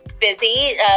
busy